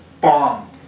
bomb